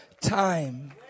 time